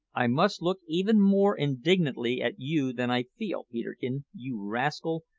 i must look even more indignantly at you than i feel, peterkin, you rascal,